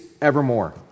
evermore